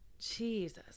jesus